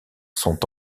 sont